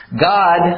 God